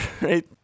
right